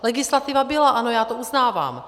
Legislativa byla, ano, já to uznávám.